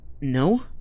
No